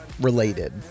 related